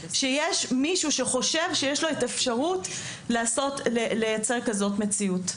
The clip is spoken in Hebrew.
שיש מישהו שחושב שיש לו את האפשרות לייצר כזאת מציאות.